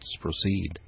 proceed